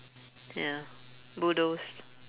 ya bulldozed